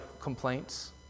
complaints